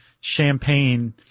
Champagne